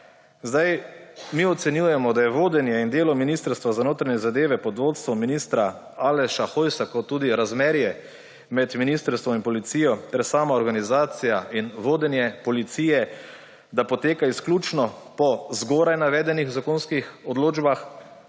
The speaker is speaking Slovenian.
Mi ocenjujemo, da vodenje in delo Ministrstva za notranje zadeve pod vodstvom ministra Aleša Hojsa kot tudi razmerje med ministrstvom in policijo ter samoorganizacija in vodenje policije poteka izključno po zgoraj navedenih zakonskih odločbah